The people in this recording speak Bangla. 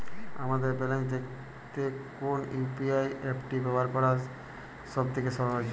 আমার ব্যালান্স দেখতে কোন ইউ.পি.আই অ্যাপটি ব্যবহার করা সব থেকে সহজ?